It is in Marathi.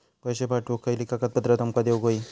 पैशे पाठवुक खयली कागदपत्रा तुमका देऊक व्हयी?